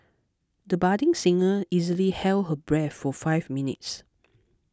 the budding singer easily held her breath for five minutes